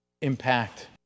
impact